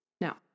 Now